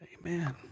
Amen